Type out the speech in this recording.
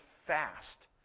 fast